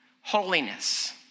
holiness